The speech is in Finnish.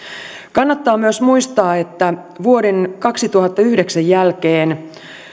kannattaa myös muistaa että vuoden kaksituhattayhdeksän jälkeen